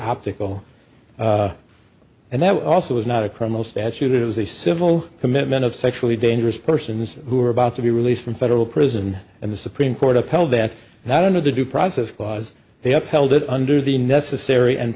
optical and that also was not a criminal statute it was a civil commitment of sexually dangerous persons who were about to be released from federal prison and the supreme court upheld that not under the due process clause they upheld it under the necessary and